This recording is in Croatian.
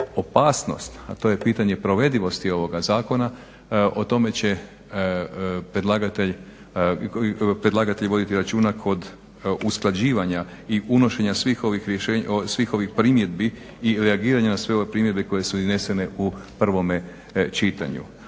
opasnost, a to je pitanje provedivosti ovoga zakona, o tome će predlagatelj voditi računa kod usklađivanja i unošenja svih ovih primjedbi i reagiranja na sve ove primjedbe koje su iznesene u prvome čitanju.